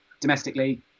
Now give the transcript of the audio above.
domestically